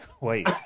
wait